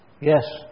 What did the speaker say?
Yes